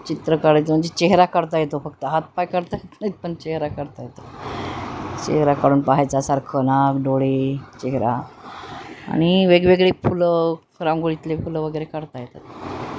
चित्र काढायचं म्हणजे चेहरा काढता येतो फक्त हातपाय काढता येत नाहीत पण चेहरा काढता येतो चेहरा काढून पाहायचा सारखं नाक डोळे चेहरा आणि वेगवेगळी फुलं रांगोळीतले फुलं वगैरे काढता येतात